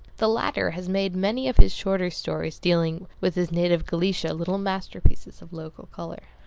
the latter has made many of his shorter stories dealing with his native galicia little masterpieces of local color.